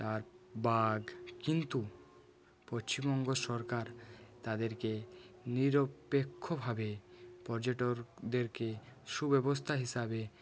তার বাঘ কিন্তু পশ্চিমবঙ্গ সরকার তাদেরকে নিরপেক্ষভাবে পর্যটকদেরকে সুব্যবস্থা হিসাবে